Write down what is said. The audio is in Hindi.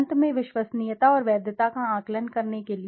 अंत में विश्वसनीयता और वैधता का आकलन करने के लिए